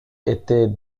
étaient